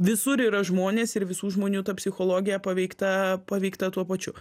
visur yra žmonės ir visų žmonių ta psichologija paveikta paveikta tuo pačiu